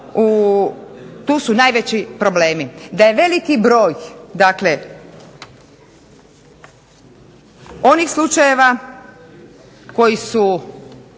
tu su najveći problemi. Da je veliki broj dakle onih slučajeva koji su